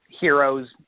heroes